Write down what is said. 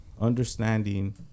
understanding